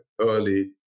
early